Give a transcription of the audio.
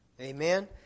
Amen